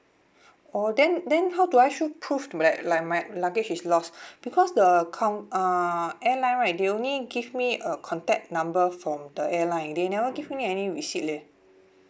oh then then how do I show proof like like my luggage is lost because the coun~ uh airline right they only give me a contact number from the airline they never give me any receipt leh